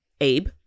Abe